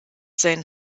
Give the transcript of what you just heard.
seinen